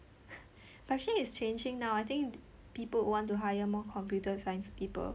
but actually it's changing now I think people would want to hire more computer science people